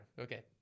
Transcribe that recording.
Okay